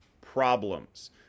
problems